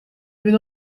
bin